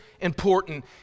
important